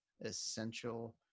essential